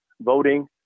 voting